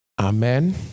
Amen